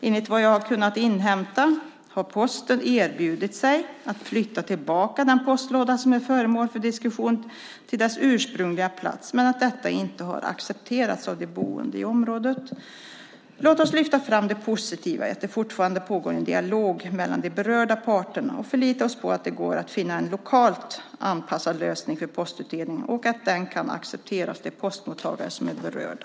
Enligt vad jag har kunnat inhämta har Posten erbjudit sig att flytta tillbaka den postlåda som är föremål för diskussion till dess ursprungliga plats, men detta har inte accepterats av de boende i området. Låt oss lyfta fram det positiva i att det fortfarande pågår en dialog mellan de berörda parterna och förlita oss på att det går att finna en lokalt anpassad lösning för postutdelningen och att den kan accepteras av de postmottagare som är berörda.